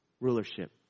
rulership